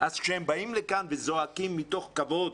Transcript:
הם באים לכאן וזועקים מתוך כבוד.